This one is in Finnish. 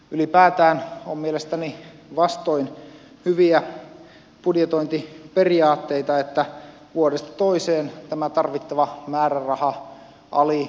ylipäätään on mielestäni vastoin hyviä budjetointiperiaatteita että vuodesta toiseen tämä tarvittava määräraha aliarvioidaan